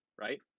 right